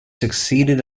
succeeded